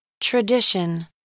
Tradition